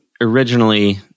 originally